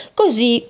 così